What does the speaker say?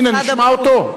הנה, נשמע אותו.